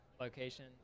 location